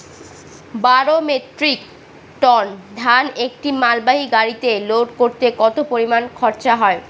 বারো metric ton ধান একটি মালবাহী গাড়িতে লোড করতে কতো পরিমাণ খরচা হয়?